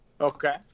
Okay